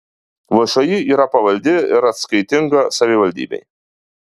všį yra pavaldi ir atskaitinga savivaldybei